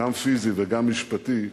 גם פיזי וגם משפטי,